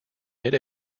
mid